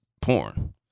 porn